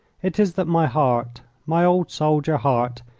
it is that my heart, my old soldier heart,